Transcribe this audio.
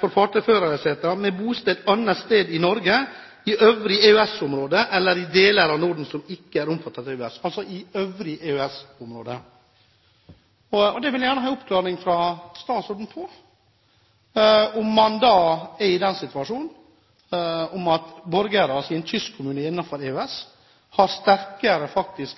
for fartøyførere med bosted annet sted i Norge, i øvrig EØS-område eller i de deler av Norden som ikke er omfattet av EØS» – altså i øvrige EØS-områder. Jeg vil gjerne ha en oppklaring fra statsråden av om man da er i den situasjon at borgere i en kystkommune innenfor EØS faktisk har sterkere